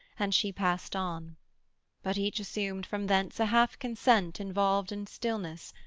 and she past on but each assumed from thence a half-consent involved in stillness,